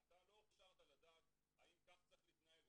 אתה לא הוכשרת לדעת אם ככה צריך להתנהג,